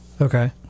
okay